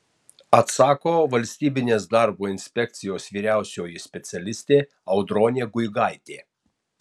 atsako valstybinės darbo inspekcijos vyriausioji specialistė audronė guigaitė